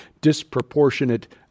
disproportionate